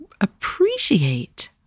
appreciate